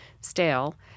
stale